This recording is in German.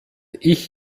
ich